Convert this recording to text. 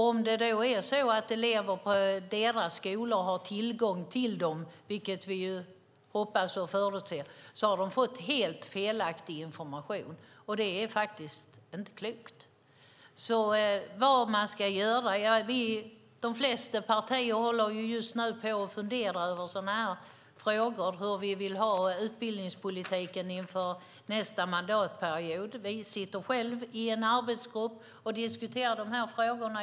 Om elever på deras skola har tillgång till dem, vilket vi hoppas och förutsätter, har de fått helt felaktig information. Det är faktiskt inte klokt. Vad ska man då göra? De flesta partier funderar just nu över hur vi vill ha utbildningspolitiken inför nästa mandatperiod. Vi har en arbetsgrupp där vi diskuterar dessa frågor.